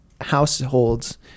households